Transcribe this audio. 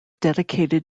dedicated